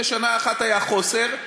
ושנה אחת היה חוסר,